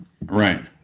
Right